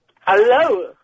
Hello